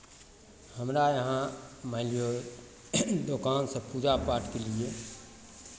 हमरा यहाँ मानि लिऔ दोकानसभ पूजा पाठके लिए